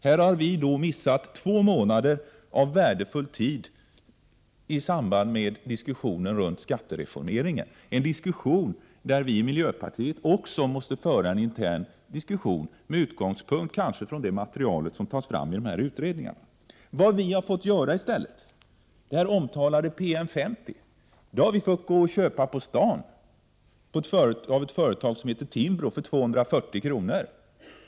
Här har vi missat två månader av värdefull tid i samband med diskussionen om skattereformeringen, en diskussion där vi i miljöpartiet också måste föra en intern debatt, kanske med utgångspunkt i det material som tas fram i dessa utredningar. I stället har vi fått köpa den omtalade PM 50 på stan av ett företag som heter Timbro för 240 kr.